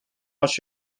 als